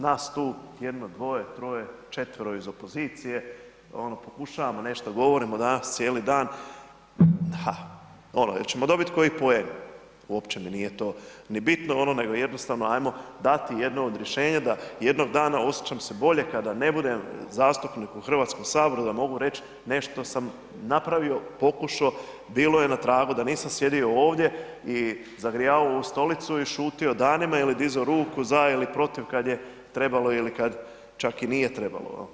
Nas tu, jedno, dvoje, troje, četvero iz opozicije, pokušavamo nešto, govorimo danas cijeli dan, ono jel' ćemo dobiti koji poen, uopće mi nije to ni bitno nego jednostavno ajmo dati jedno od rješenja da jednog dana osjećam se bolje kada ne budem zastupnik u Hrvatskom saboru, da mogu reći nešto sam napravio, pokušao, bilo je na tragu da nisam sjedio ovdje i zagrijavao ovu stolicu i šuto danima ili dizao ruku za ili protiv kad je trebalo ili kad čak i nije trebalo.